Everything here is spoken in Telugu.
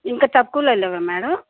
ఇంకా తక్కువలో లేవా మ్యాడమ్